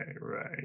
right